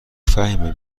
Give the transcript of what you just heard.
فهیمه